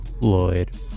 Lloyd